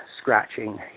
scratching